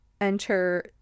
enter